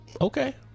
Okay